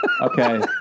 Okay